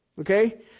Okay